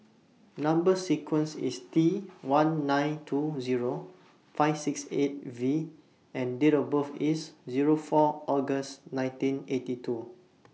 Number sequence IS T one nine two Zero five six eight V and Date of birth IS Zero four August nineteen eighty two